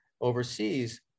overseas